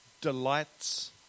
delights